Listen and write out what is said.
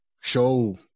show